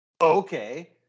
Okay